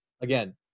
again